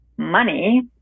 Money